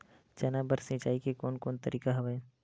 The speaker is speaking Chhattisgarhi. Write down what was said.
चना बर सिंचाई के कोन कोन तरीका हवय?